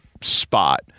spot